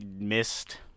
missed